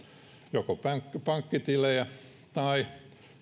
joko pankkitilejä tai